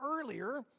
earlier